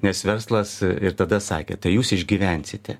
nes verslas ir tada sakė tai jūs išgyvensite